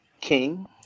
king